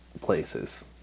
places